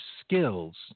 skills